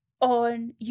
on